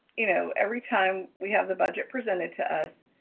you know, every time we have the budget presented to us,